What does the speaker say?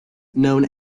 known